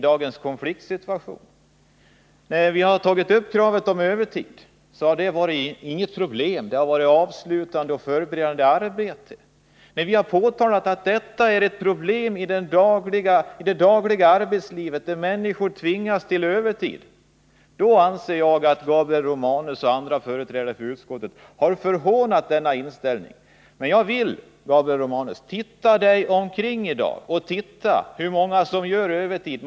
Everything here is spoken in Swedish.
De övertidskrav som vi tidigare tagit upp har avsett sådant som inte förorsakat några problem. Det har då gällt förberedande och avslutande arbete. Men vi har också påtalat ett problem i arbetslivets dagliga verklighet, där människor tvingas till övertid. Jag anser att Gabriel Romanus och andra i utskottet har förhånat vår inställning på den punkten. Jag vill uppmana Gabriel Romanus att se sig omkring i dag och notera hur många människor som arbetar på övertid.